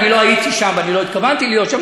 לא הייתי שם ולא התכוונתי להיום שם,